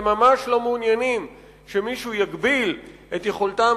וממש לא מעוניינים שמישהו יגביל את יכולתם